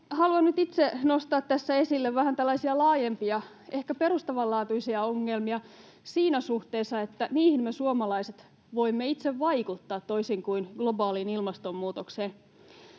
vähän tällaisia laajempia, ehkä perustavanlaatuisia ongelmia siinä suhteessa, että niihin me suomalaiset voimme itse vaikuttaa, toisin kuin globaaliin ilmastonmuutokseen.